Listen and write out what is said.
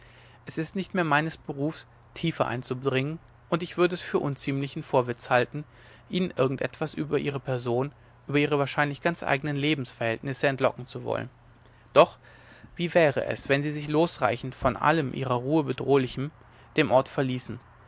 es ist nicht mehr meines berufs tiefer einzudringen und ich würde es für unziemlichen vorwitz halten ihnen irgend etwas über ihre person über ihre wahrscheinlich ganz eigne lebensverhältnisse entlocken zu wollen doch wie wäre es wenn sie sich losreißend von allem ihrer ruhe bedrohlichem den ort verließen